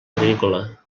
agrícola